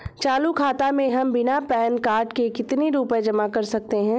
चालू खाता में हम बिना पैन कार्ड के कितनी रूपए जमा कर सकते हैं?